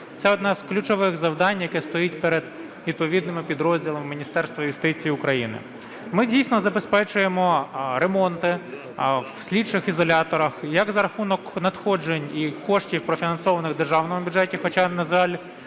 це одне з ключових завдань, яке стоїть перед відповідними підрозділами Міністерства юстиції України. Ми дійсно забезпечуємо ремонти в слідчих ізоляторах як за рахунок надходжень і коштів, профінансованих в державному бюджеті, хоча, на жаль,